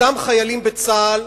אותם חיילים בצה"ל,